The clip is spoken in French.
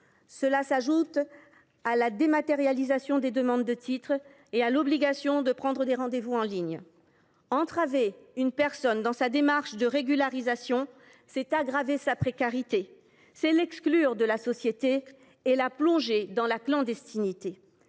s’ajoute à la dématérialisation des demandes de titres et à l’obligation de prendre les rendez vous en ligne. Entraver une personne dans sa démarche de régularisation revient à aggraver sa précarité, à l’exclure de la société et à la plonger dans la clandestinité.